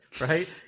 right